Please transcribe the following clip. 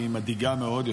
היא מדאיגה מאוד,